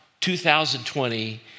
2020